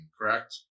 correct